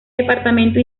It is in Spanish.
departamento